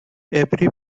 every